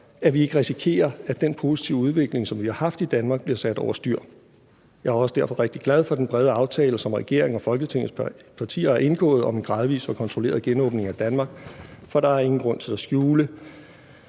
at vi ikke risikerer, at den positive udvikling, som vi har haft i Danmark, bliver sat over styr. Jeg er derfor også rigtig glad for den brede aftale, som regeringen og Folketingets partier har indgået, om en gradvis og kontrolleret genåbning af Danmark, for der er ingen grund til at skjule,